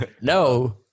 No